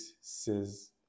says